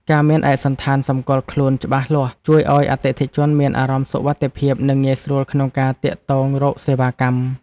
ការមានឯកសណ្ឋានសម្គាល់ខ្លួនច្បាស់លាស់ជួយឱ្យអតិថិជនមានអារម្មណ៍សុវត្ថិភាពនិងងាយស្រួលក្នុងការទាក់ទងរកសេវាកម្ម។